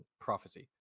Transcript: Prophecy